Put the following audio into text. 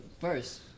first